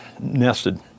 nested